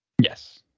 Yes